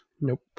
Nope